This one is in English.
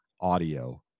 audio